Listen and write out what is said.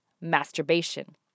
masturbation